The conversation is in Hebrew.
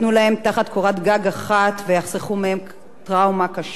קורת גג אחת ויחסכו מהם טראומה קשה נוספת.